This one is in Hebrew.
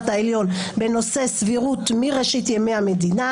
העליון בנושא סבירות מראשית ימי המדינה.